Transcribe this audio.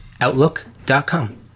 outlook.com